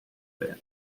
band